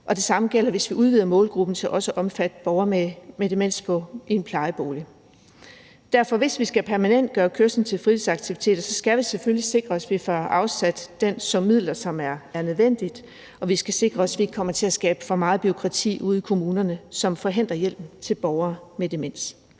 det samme gælder, hvis vi udvider målgruppen til også at omfatte borgere med demens i en plejebolig. Hvis vi derfor skal permanentgøre kørslen til fritidsaktiviteter, skal vi selvfølgelig sikre os, at vi får afsat den sum midler, som er nødvendig, og vi skal sikre os, at vi ikke kommer til at skabe for meget bureaukrati ude i kommunerne, som forhindrer hjælp til borgere med demens.